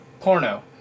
porno